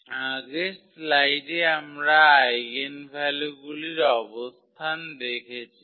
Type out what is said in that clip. আগের স্লাইডে আমরা আইগেনভ্যালুগুলির অবস্থান দেখেছি